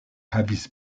havis